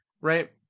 right